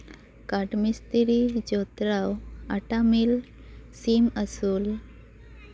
ᱠᱟᱴᱷ ᱢᱤᱥᱛᱤᱨᱤ ᱡᱚᱛᱲᱟᱣ ᱟᱴᱟ ᱢᱤᱞ ᱥᱤᱢ ᱟᱹᱥᱩᱞ